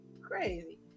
Crazy